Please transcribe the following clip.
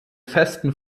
festen